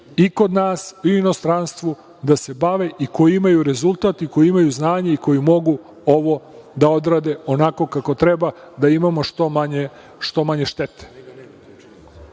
i kod nas i u inostranstvu da se bave koji imaju rezultat i koji imaju znanje i koji mogu ovo da odrade onako kako treba, da imamo što manje štete,